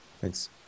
Thanks